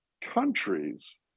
countries